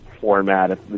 format